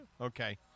Okay